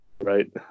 Right